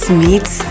meets